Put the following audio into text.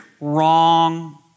Wrong